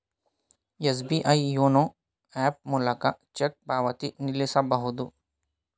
SBI YONO app ಮೂಲಕ cheque ಪಾವತಿ ನಿಲ್ಲಿಸಬಹುದು